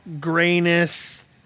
grayness